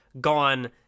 gone